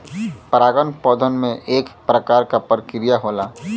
परागन पौधन में एक प्रकार क प्रक्रिया होला